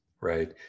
right